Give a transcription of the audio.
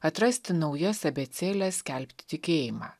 atrasti naujas abėcėles skelbti tikėjimą